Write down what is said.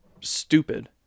stupid